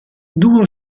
duo